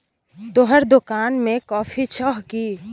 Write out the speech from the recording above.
तोहर दोकान मे कॉफी छह कि?